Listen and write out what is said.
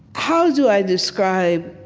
how do i describe?